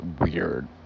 weird